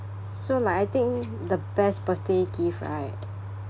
so like I think the best birthday gift I e~